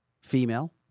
Female